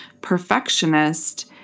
perfectionist